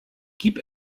gib